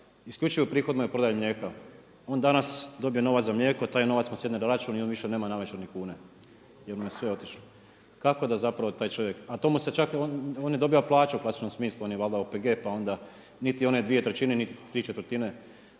isključivo prihod mu je prodaja mlijeka. On danas dobije novac za mlijeko, taj novac mu sjedne na račun i on više nema navečer ni kune, jer mu je sve otišlo. Kako da zapravo taj čovjek, a to mu se čak, on ne dobiva plaću u klasičnom smislu, on je valjda OPG pa onda niti one dvije trećine, niti tri četvrtine.